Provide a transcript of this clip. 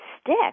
stick